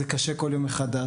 זה קשה כל יום מחדש,